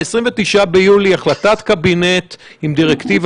ב-29 ביולי החלטת קבינט עם דירקטיבה,